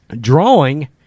drawing